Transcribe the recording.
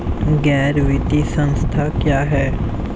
गैर वित्तीय संस्था क्या है?